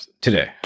today